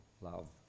love